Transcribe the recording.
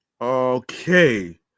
okay